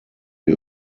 wir